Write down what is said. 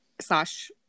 slash